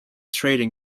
trading